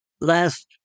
last